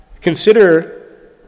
consider